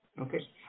Okay